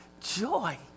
joy